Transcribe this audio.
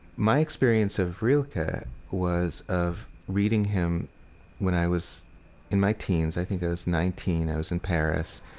my experience of rilke ah was of reading him when i was in my teens. i think i was nineteen. i was in paris,